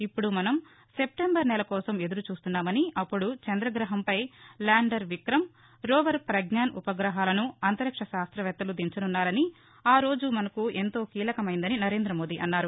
ఇప్పుడు మనం సెప్టెంబర్ నెల కోసం ఎదురుచూస్తున్నామని అప్పుడు చంద్రగ్రహం పై ల్యాండర్ విక్రమ్ రోవర్ ప్రజ్ఞాన్ ఉ పగ్రహాలను అంతరిక్ష శాస్త్రవేత్తలు దించనున్నారని ఆరోజు మసకు ఎంతో కీలకమైదని నరేంద్రమోదీ అన్నారు